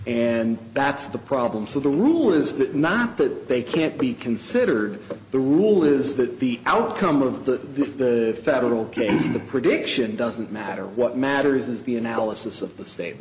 and that's the problem so the rule is not that they can't be considered the rule is that the outcome of the federal case the prediction doesn't matter what matters is the analysis of the state